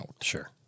Sure